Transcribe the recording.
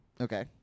okay